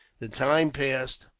the time passed,